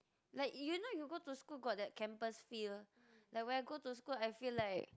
like you know you go to school got that campus feel like when I go to school I feel like